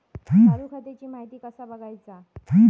चालू खात्याची माहिती कसा बगायचा?